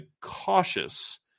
cautious